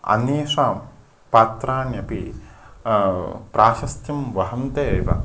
अन्येषां पात्राण्यपि प्राशस्त्यं वहन्ति एव